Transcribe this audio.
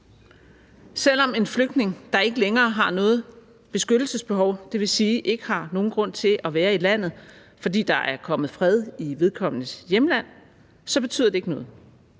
Selv om en flygtning, der ikke længere har noget beskyttelsesbehov, dvs. ikke har nogen grund til at være i landet, fordi der er kommet fred i vedkommendes hjemland, betyder det ikke noget,